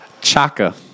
Chaka